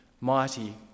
mighty